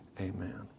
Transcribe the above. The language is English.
amen